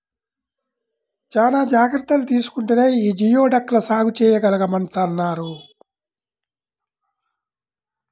చానా జాగర్తలు తీసుకుంటేనే యీ జియోడక్ ల సాగు చేయగలమంటన్నారు